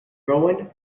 rouen